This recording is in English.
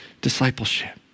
discipleship